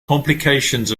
complications